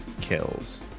Kills